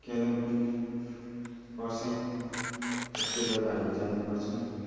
कालिम्पोङ खरसाङ त्यस्तै जग्गाहरू जाने गर्छौँ